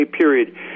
period